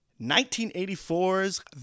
1984's